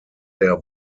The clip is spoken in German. der